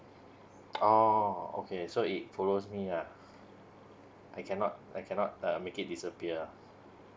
oh okay so it follows me uh I cannot I cannot uh make it disappear